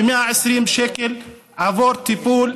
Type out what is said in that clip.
ב-120 שקל עבור טיפול,